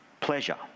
pleasure